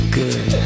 good